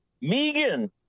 Megan